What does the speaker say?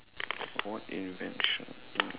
what invention um